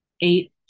eight